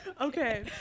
Okay